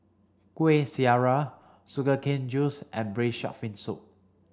Kuih Syara sugar cane juice and braised shark fin soup